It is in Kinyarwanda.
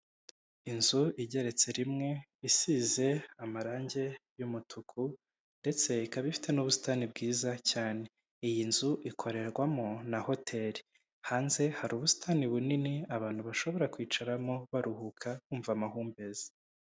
Inzu igeretse rimwe, isize amarangi y'umutuku, ndetse ikaba ifite n'ubusitani bwiza cyane, iyi nzu ikorerwamo na hoteri, hanze hari ubusitani bunini, abantu bashobora kwicaramo baruhuka, bumva amahumbezi.